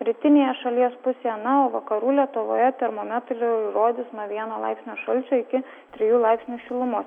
rytinėje šalies pusėje na o vakarų lietuvoje termometrai rodys nuo vieno laipsnio šalčio iki trijų laipsnių šilumos